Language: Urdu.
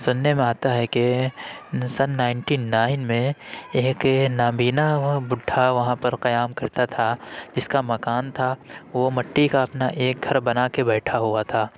سننے میں آتا ہے کہ سن نائنٹین نائن میں ایک نابینا بڈھا وہاں پر قیام کرتا تھا جس کا مکان تھا وہ مٹی کا اپنا ایک گھر بنا کے بیٹھا ہوا تھا